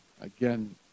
again